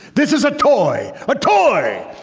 this is a toy a toy!